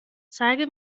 zeige